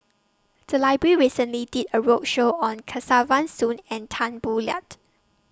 The Library recently did A roadshow on Kesavan Soon and Tan Boo Liat